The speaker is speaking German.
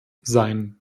sein